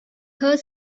her